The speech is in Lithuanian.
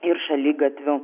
ir šaligatvių